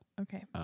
Okay